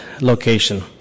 location